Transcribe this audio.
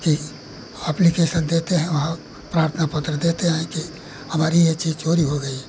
कि अप्लिकेशन देते है और प्रार्थना पत्र देते हैं कि हमारी यह चीज़ चोरी हो ग